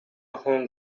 هنگ